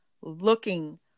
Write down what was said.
looking